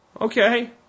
Okay